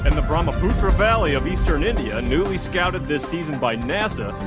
and the brahmaputra valley of eastern india, newly scouted this season by nasa,